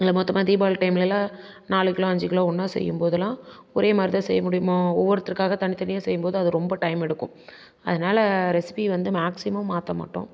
இல்லை மொத்தமா தீபாவளி டைம்லலாம் நாலு கிலோ அஞ்சு கிலோ ஒன்னா செய்யும்போதெல்லாம் ஒரேமாதிரிதான் செய்ய முடியுமா ஒவ்வொருத்தருக்காக தனித்தனியாக செய்யும்போது அது ரொம்ப டைம் எடுக்கும் அதனால ரெசிபி வந்து மேக்ஸிமம் மாற்ற மாட்டோம்